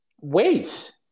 wait